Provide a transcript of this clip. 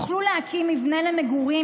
יוכלו להקים מבנה למגורים,